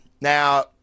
Now